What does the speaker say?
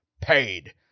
paid